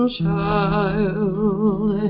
child